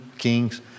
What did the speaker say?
kings